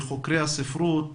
מחוקרי הספרות,